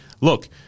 look